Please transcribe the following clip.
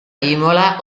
imola